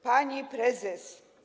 Pani Prezes!